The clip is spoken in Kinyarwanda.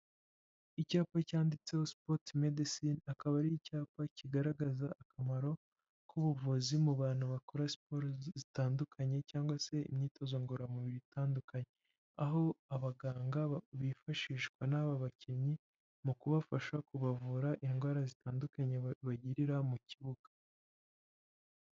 Icyapa cyanditseho sipoti medesine akaba ari icyapa kigaragaza akamaro k'ubuvuzi mu bantu bakora siporo zitandukanye cyangwa se imyitozo ngororamubiri itandukanye. Aho abaganga bifashishwa n'aba bakinnyi mu kubafasha kubavura indwara zitandukanye bagirira mu kibuga.